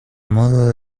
modo